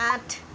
আঠ